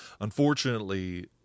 unfortunately